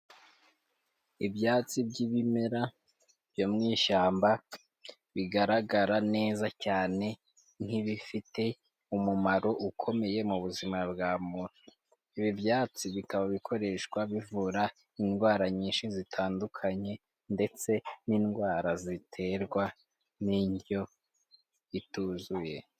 Ibyatsi by'ibimera byo mu ishyamba, bigaragara neza cyane, nk'ibifite umumaro ukomeye mu buzima bwa muntu, ibi byatsi bikaba bikoreshwa bivura indwara nyinshi zitandukanye, ndetse n'indwara ziterwa n'indyo ituzuye.